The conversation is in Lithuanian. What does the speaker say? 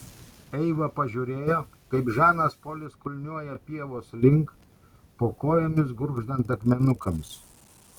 eiva pažiūrėjo kaip žanas polis kulniuoja pievos link po kojomis gurgždant akmenukams